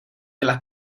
della